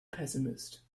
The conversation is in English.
pessimist